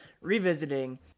revisiting